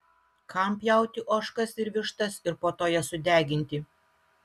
kam pjauti ožkas ir vištas ir po to jas sudeginti